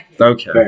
Okay